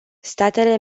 statele